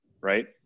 right